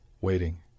waiting